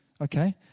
Okay